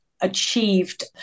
achieved